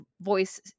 voice